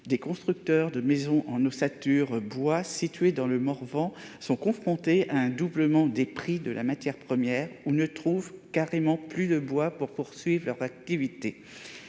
des constructeurs de maisons en ossature bois situés dans le Morvan sont confrontés à un doublement des prix de la matière première ou ne trouvent carrément plus de bois pour poursuivre leur activité.